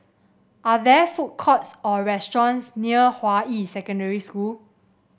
are there food courts or restaurants near Hua Yi Secondary School